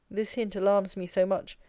this hint alarms me so much,